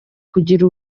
kugira